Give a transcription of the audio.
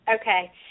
Okay